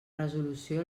resolució